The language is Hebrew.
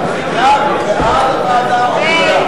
רק בעד הוועדה או נגדה.